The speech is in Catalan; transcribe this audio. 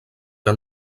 que